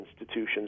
institutions